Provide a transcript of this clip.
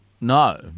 no